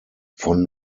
von